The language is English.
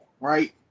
right